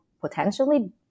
potentially